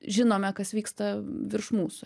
žinome kas vyksta virš mūsų